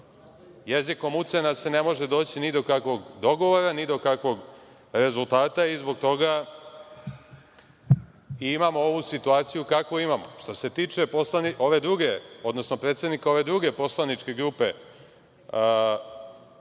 Jezikom ucena se ne može doći ni do kakvog dogovora, ni do kakvog rezultata i zbog toga imamo ovu situaciju kakvu imamo. Što se tiče predsednika ove druge poslaničke grupe